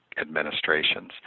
administrations